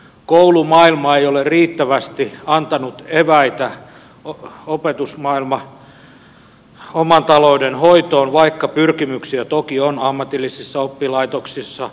koulumaailma opetusmaailma ei ole riittävästi antanut eväitä oman talouden hoitoon vaikka pyrkimyksiä toki on ammatillisissa oppilaitoksissa